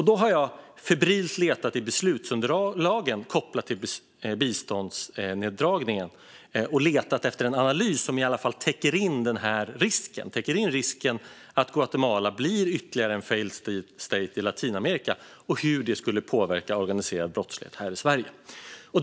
Jag har febrilt letat i beslutsunderlagen kopplade till biståndsneddragningen efter en analys som täcker in risken att Guatemala blir ytterligare en failed state i Latinamerika och hur det skulle påverka organiserad brottslighet här i Sverige.